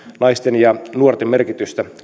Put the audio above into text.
naisten ja nuorten merkitystä